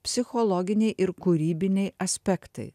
psichologiniai ir kūrybiniai aspektai